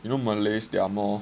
you know malays they are more